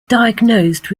diagnosed